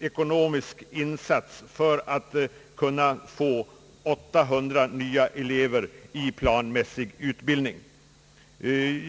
ekonomisk insats för att kunna placera 800 nya elever i planmässig utbildning.